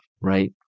right